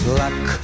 luck